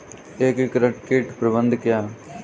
एकीकृत कीट प्रबंधन क्या है?